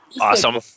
Awesome